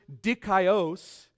dikaios